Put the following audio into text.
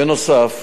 בנוסף,